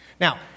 Now